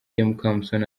mukamusoni